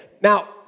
Now